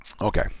okay